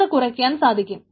അതു കുറക്കുവാൻ സാധിക്കും